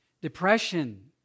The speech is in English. depression